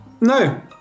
no